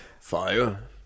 Fire